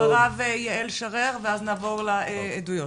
אחריו יעל שרר ואז נעבור לעדויות.